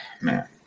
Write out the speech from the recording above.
Man